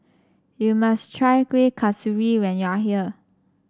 you must try Kuih Kasturi when you are here